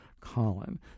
Colin